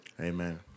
Amen